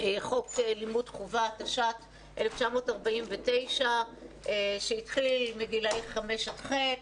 חוק לימוד חובה התש"ט-1949 שהתחיל מגיל חמש עד ח',